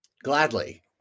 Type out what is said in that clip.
Gladly